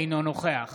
אינו נוכח